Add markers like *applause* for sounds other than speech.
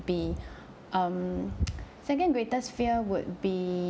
be um *noise* second greatest fear would be